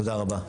תודה רבה.